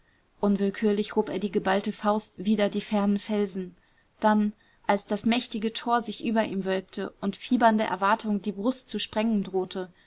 unwillkürlich hob er die geballte faust wider die fernen felsen dann als das mächtige tor sich über ihm wölbte und fiebernde erwartung die brust zu sprengen drohte